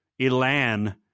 Elan